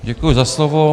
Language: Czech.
Děkuji za slovo.